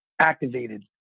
activated